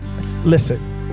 Listen